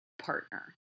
partner